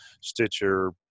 Stitcher